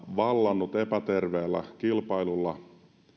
vallannut epäterveellä kilpailulla